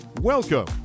Welcome